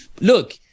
Look